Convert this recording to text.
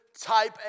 type